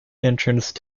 entrance